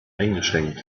eingeschränkt